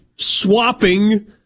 Swapping